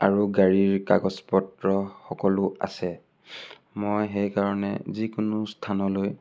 আৰু গাড়ীৰ কাগজ পত্ৰ সকলো আছে মই সেইকাৰণে যিকোনো স্থানলৈ